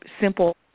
simple